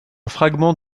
fragment